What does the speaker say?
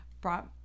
brought